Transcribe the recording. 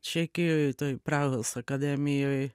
čekijoj toj prahos akademijoj